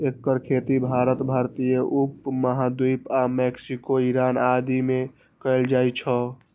एकर खेती भारत, भारतीय उप महाद्वीप आ मैक्सिको, ईरान आदि मे कैल जाइ छै